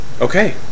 okay